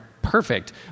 perfect